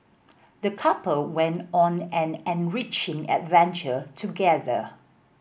the couple went on an enriching adventure together